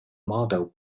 model